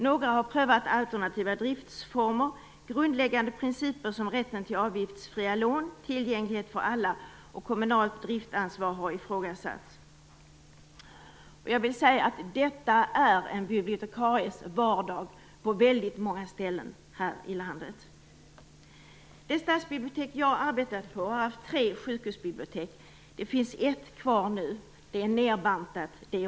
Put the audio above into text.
Några har prövat alternativa driftsformer. Grundläggande principer, som rätten till avgiftsfria lån, tillgänglighet för alla och kommunalt driftansvar, har ifrågasatts." Detta är en bibliotekaries vardag på väldigt många ställen här i landet. Det stadsbibliotek som jag har arbetat på har haft tre sjukhusbibliotek. Det finns nu ett kvar, som är nedbantat.